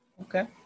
Okay